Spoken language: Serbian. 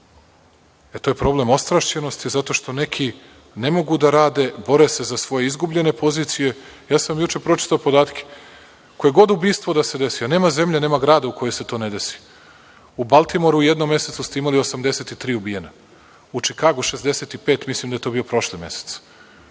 E to je problem ostrašćenosti zato što neki ne mogu da rade, bore se za svoje izgubljene pozicije. Ja sam juče pročitao podatke. Koje god ubistvo da se desi, nema zemlje, nema grada u kojoj se to ne desi. U Baltimoru u jednom mesecu ste imali 83 ubijena, u Čikagu 65. Mislim da je to bio prošli mesec.